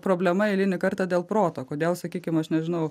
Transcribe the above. problema eilinį kartą dėl proto kodėl sakykim aš nežinau